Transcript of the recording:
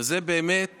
וזה הנושא